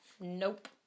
Nope